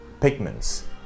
pigments